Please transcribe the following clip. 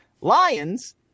Lions